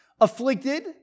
afflicted